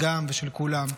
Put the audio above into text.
של אגם ושל כולם.